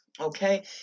Okay